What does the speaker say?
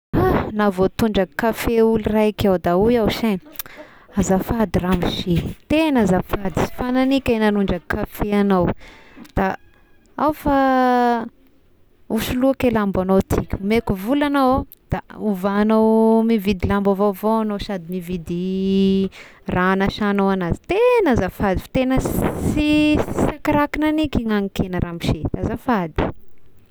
Nahavoatondraka kafe olo raiky iaho da hoy say: azafady ramose, tena azafady sy fanahigniko eh nanondraky kafe agnao, da ao fa hosoloiko i lambagnao ty, omeko vola agnao ôh da ovagnao mividy lamba vaovao agnao sady mividy raha agnasagnao anazy, tena azafady fa tegna sy sy, sa ky rahaky nagniky na nikigna i ramose azafady.